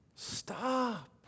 Stop